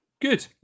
Good